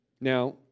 Now